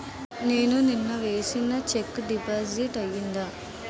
నేను నిన్న వేసిన చెక్ డిపాజిట్ అయిందా?